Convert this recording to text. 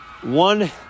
one-